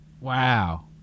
Wow